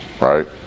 right